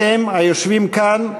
אתם, היושבים כאן,